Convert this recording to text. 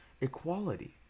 equality